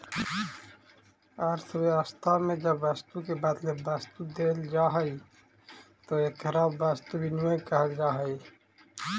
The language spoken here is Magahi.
अर्थव्यवस्था में जब वस्तु के बदले वस्तु देल जाऽ हई तो एकरा वस्तु विनिमय कहल जा हई